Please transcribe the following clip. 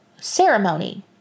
ceremony